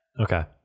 Okay